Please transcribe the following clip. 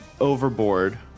overboard